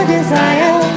Desire